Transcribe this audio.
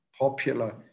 popular